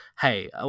hey